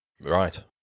Right